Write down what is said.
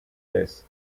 this